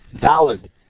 valid